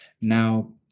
Now